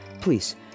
please